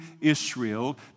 Israel